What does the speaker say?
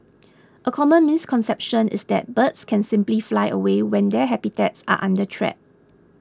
a common misconception is that birds can simply fly away when their habitats are under threat